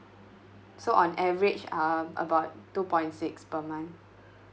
so on average um about two point six per month